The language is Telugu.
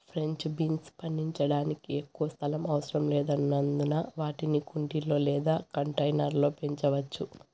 ఫ్రెంచ్ బీన్స్ పండించడానికి ఎక్కువ స్థలం అవసరం లేనందున వాటిని కుండీలు లేదా కంటైనర్ల లో పెంచవచ్చు